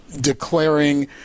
declaring